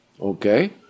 Okay